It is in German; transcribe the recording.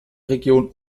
region